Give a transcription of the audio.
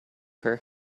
her